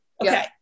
Okay